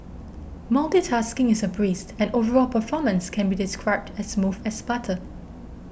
multitasking is a breezed and overall performance can be described as smooth as butter